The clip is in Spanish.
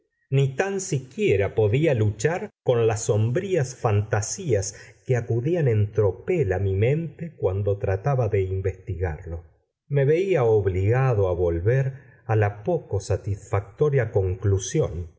ni tan siquiera podía luchar con las sombrías fantasías que acudían en tropel a mi mente cuando trataba de investigarlo me veía obligado a volver a la poco satisfactoria conclusión